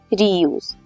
reuse